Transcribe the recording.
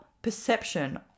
perception